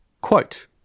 Quote